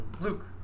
Luke